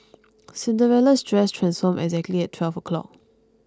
Cinderella's dress transformed exactly at twelve o' clock